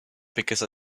because